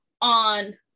on